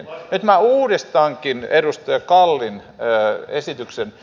nyt minä uudistankin edustaja kallin kysymyksen